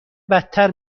بدتر